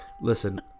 Listen